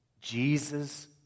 Jesus